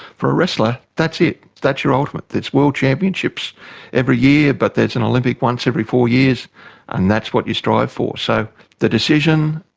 for a wrestler, that's it, that's your ultimate. it's world championships every year but there's an olympics once every four years and that's what you strive for. so the decision,